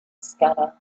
scanner